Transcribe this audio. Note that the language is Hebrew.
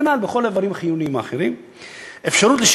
וכנ"ל כל האיברים החיוניים האחרים.